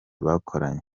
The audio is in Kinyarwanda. bakoranye